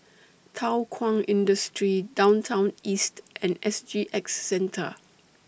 Thow Kwang Industry Downtown East and S G X Centre